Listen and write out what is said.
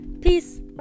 Peace